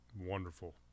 wonderful